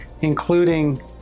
including